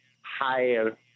higher